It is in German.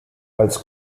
als